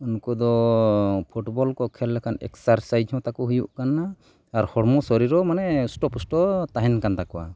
ᱩᱱᱠᱩ ᱫᱚ ᱯᱷᱩᱴᱵᱚᱞ ᱠᱚ ᱠᱷᱮᱞ ᱞᱮᱠᱷᱟᱱ ᱮᱠᱥᱟᱨᱥᱟᱭᱤᱡᱽ ᱦᱚᱸ ᱛᱟᱠᱚ ᱦᱩᱭᱩᱜ ᱠᱟᱱᱟ ᱟᱨ ᱦᱚᱲᱢᱚ ᱥᱚᱨᱤᱨ ᱦᱚᱸ ᱢᱟᱱᱮ ᱥᱴᱚ ᱯᱚᱥᱴᱚ ᱛᱟᱦᱮᱱ ᱠᱟᱱ ᱛᱟᱠᱚᱣᱟ